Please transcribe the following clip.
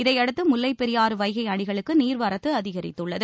இதையடுத்து முல்லைப் பெரியாறு வைகை அணைகளுக்கு நீர்வரத்து அதிகரித்துள்ளது